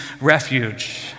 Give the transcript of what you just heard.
refuge